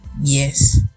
yes